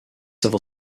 civil